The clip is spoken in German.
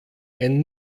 ein